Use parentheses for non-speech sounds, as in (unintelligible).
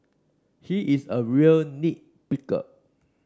he is a real (unintelligible) picker